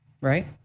Right